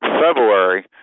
February